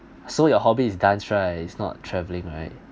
so your hobby is dance right it's not travelling right